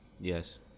Yes